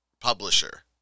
publisher